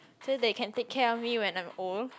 so they can take care of me when I'm old